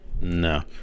no